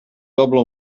doble